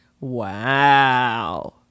Wow